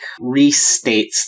restates